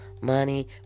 money